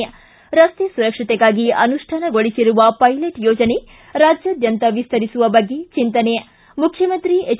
್ವಾರಸ್ತೆ ಸುರಕ್ಷತೆಗಾಗಿ ಅನುಷ್ಠಾನಗೊಳಿಸಿರುವ ಪೈಲಟ್ ಯೋಜನೆ ರಾಜ್ಯಾದ್ಯಂತ ವಿಸ್ತರಿಸುವ ಬಗ್ಗೆ ಚಿಂತನೆ ಮುಖ್ಯಮಂತ್ರಿ ಹೆಚ್